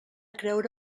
creure